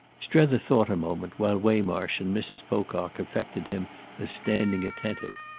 strether thought a moment while waymarsh and mrs. pocock affected him as standing attentive.